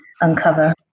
uncover